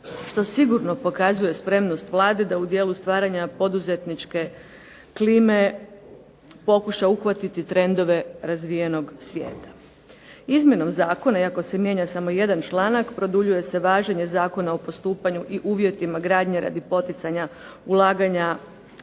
što sigurno pokazuje spremnost Vlade da u dijelu stvaranja poduzetničke klime pokuša uhvatiti trendove razvijenog svijeta. Izmjenom Zakona iako se mijenja samo jedan članak produljuje se važenje zakona o postupanju i uvjetima gradnje radi poticanja ulaganja